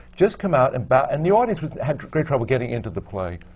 just come out and bow and the audience would have great trouble getting into the play.